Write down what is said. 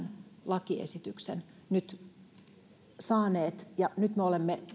lakiesityksen nyt tänne saaneet nyt me olemme